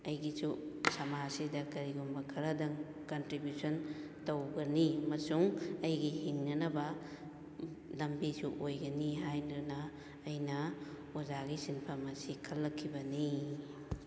ꯑꯩꯒꯤꯁꯨ ꯁꯃꯥꯖ ꯑꯁꯤꯗ ꯀꯔꯤꯒꯨꯝꯕ ꯈꯔꯗꯪ ꯀꯟꯇ꯭ꯔꯤꯕꯨꯁꯟ ꯇꯧꯒꯅꯤ ꯑꯃꯁꯨꯡ ꯑꯩꯒꯤ ꯍꯤꯡꯅꯅꯕ ꯂꯝꯕꯤꯁꯨ ꯑꯣꯏꯒꯅꯤ ꯍꯥꯏꯗꯨꯅ ꯑꯩꯅ ꯑꯣꯖꯥꯒꯤ ꯁꯤꯟꯐꯝ ꯑꯁꯤ ꯈꯜꯂꯛꯈꯤꯕꯅꯤ